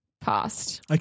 past